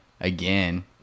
Again